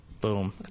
Boom